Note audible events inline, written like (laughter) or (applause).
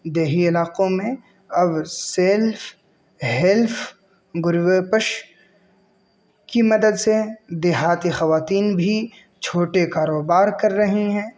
دیہی علاقوں میں اب سیلف ہیلپ (unintelligible) کی مدد سے دیہاتی خواتین بھی چھوٹے کاروبار کر رہے ہیں